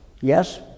Yes